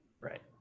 Right